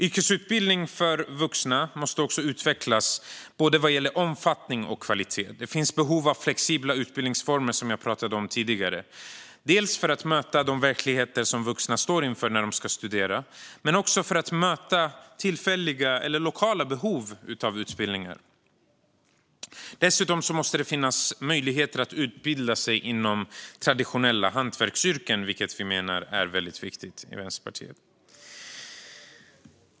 Yrkesutbildning för vuxna måste också utvecklas vad gäller både omfattning och kvalitet. Det finns behov av flexibla utbildningsformer, som jag talade om tidigare, dels för att möta de verkligheter som vuxna står inför när de ska studera, dels för att möta tillfälliga eller lokala behov av utbildningar. Dessutom måste det finnas möjligheter att utbilda sig inom traditionella hantverksyrken, vilket vi i Vänsterpartiet menar är väldigt viktigt.